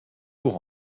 pour